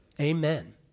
Amen